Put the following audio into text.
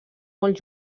molt